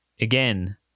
again